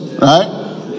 right